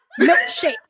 Milkshake